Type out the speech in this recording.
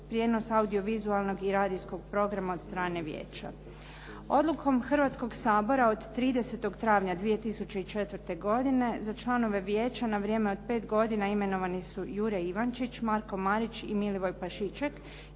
prijenos audiovizualnog i radijskog programa od strane Vijeća. Odlukom Hrvatskog sabora od 30. travnja 2004. godine za članove Vijeća na vrijeme od pet godina imenovani su: Jure Ivančić, Marko Marić i Milivoj Pašiček,